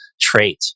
trait